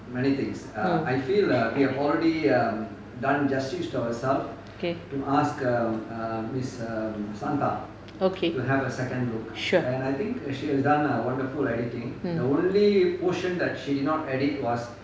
mm okay okay sure mm